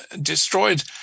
destroyed